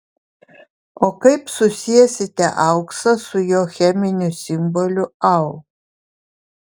o kaip susiesite auksą su jo cheminiu simboliu au